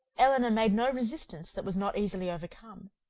elinor made no resistance that was not easily overcome.